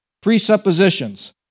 presuppositions